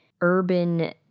urban